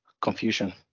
confusion